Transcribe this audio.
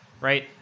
Right